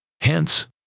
Hence